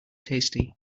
tasty